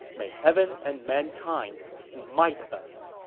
may heaven and mankind smite us!